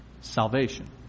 salvation